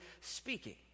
speaking